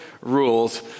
rules